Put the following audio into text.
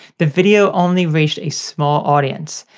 the video only reached a small audience.